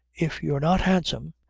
if you're not handsome,